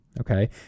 Okay